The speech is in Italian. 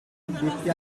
addetti